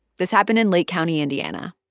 this happened in lake county, indiana.